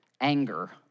anger